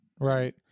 Right